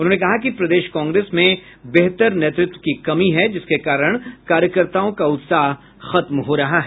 उन्होंने कहा कि प्रदेश कांग्रेस में बेहतर नेतृत्व की कमी है जिसके कारण कार्यकर्ताओं का उत्साह खत्म हो रहा है